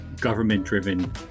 government-driven